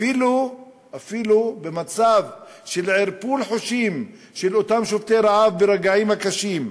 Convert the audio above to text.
אפילו במצב של ערפול חושים של אותם שובתי רעב ברגעים הקשים,